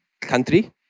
country